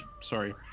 Sorry